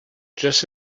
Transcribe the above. just